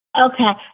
Okay